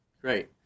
great